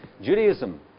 Judaism